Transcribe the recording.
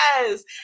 yes